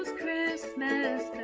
christmas